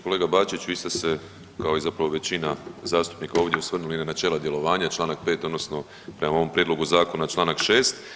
Kolega Bačić, vi ste se kao i zapravo većina zastupnika ovdje osvrnuli na načela djelovanja čl. 5. odnosno prema ovom prijedlogu zakona čl. 6.